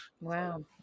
Wow